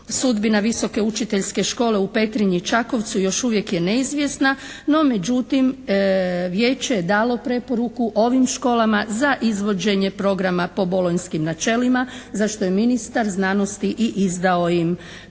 sudbina Visoke učiteljske škole u Petrinji i Čakovcu još uvijek je neizvjesna no međutim Vijeće je dalo preporuku ovim školama za izvođenje programa po bolonjskim načelima za što je ministar znanosti i izdao im